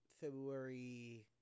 February